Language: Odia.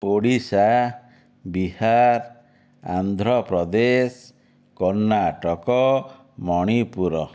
ଓଡ଼ିଶା ବିହାର ଆନ୍ଧ୍ରପ୍ରଦେଶ କର୍ଣ୍ଣାଟକ ମଣିପୁର